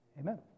Amen